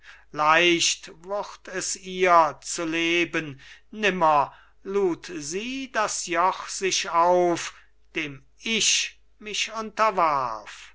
leicht wurd es ihr zu leben nimmer lud sie das joch sich auf dem ich mich